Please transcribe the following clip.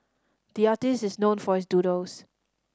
the artist is known for his doodles